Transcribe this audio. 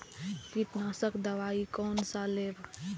कीट नाशक दवाई कोन सा लेब?